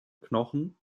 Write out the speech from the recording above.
knochen